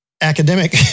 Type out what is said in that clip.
academic